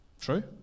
True